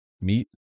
meet